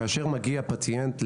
כאשר מגיע פציינט,